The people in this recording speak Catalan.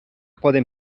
poden